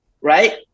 Right